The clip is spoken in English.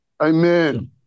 Amen